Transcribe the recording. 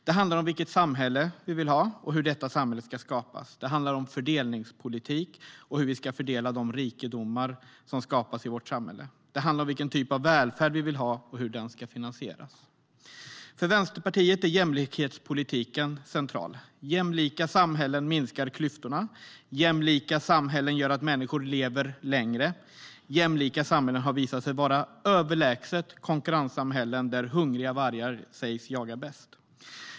Det handlar om vilket samhälle vi vill ha och hur detta samhälle ska skapas. Det handlar om fördelningspolitik och hur vi ska fördela de rikedomar som skapas i vårt samhälle. Det handlar om vilken typ av välfärd vi vill ha och hur den ska finansieras. För Vänsterpartiet är jämlikhetspolitiken central. Jämlika samhällen minskar klyftorna. Jämlika samhällen gör att människor lever längre. Jämlika samhällen har visat sig vara överlägset konkurrenssamhällen där hungriga vargar sägs jaga bäst.